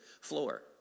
floor